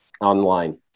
online